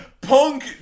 Punk